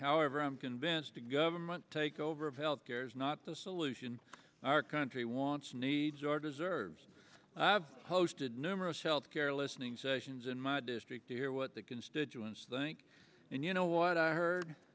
however i'm convinced a government takeover of health care is not the solution our country wants needs or deserves i've hosted numerous health care listening sessions in my district hear what the constituents think and you know what i heard